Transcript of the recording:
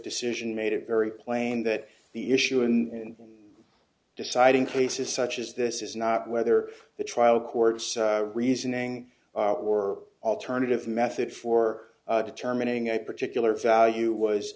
cision made it very plain that the issue in deciding cases such as this is not whether the trial court reasoning or alternative method for determining a particular value was